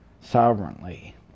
sovereignly